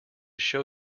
show